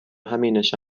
همینش